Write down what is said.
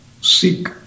seek